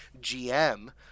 GM